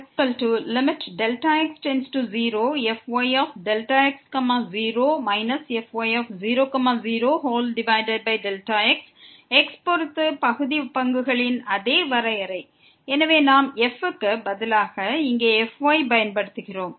எனவே இது நம்மிடம் உள்ளது fyx0 fy00x x பொறுத்து பகுதி பங்குகளின் அதே வரையறை எனவே நாம் f க்கு பதிலாக இங்கே fyஐ பயன்படுத்துகிறோம்